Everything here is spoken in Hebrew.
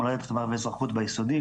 מולדת חברה ואזרחות ביסודי,